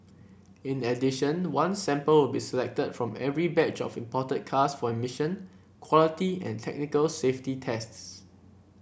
in addition one sample will be selected from every batch of imported cars for emission quality and technical safety tests